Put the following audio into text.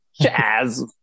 jazz